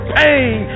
pain